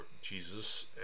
Jesus